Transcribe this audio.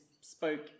spoke